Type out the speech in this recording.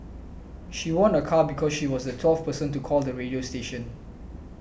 she won a car because she was the twelfth person to call the radio station